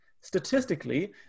statistically